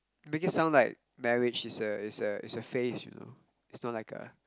make it sound like marriage is a is a is a phase you know it's not like a